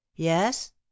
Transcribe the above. yes